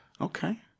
okay